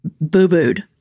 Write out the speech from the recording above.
boo-booed